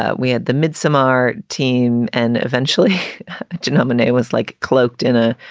ah we had the midsomer team and eventually denominate was like cloaked in a,